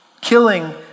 killing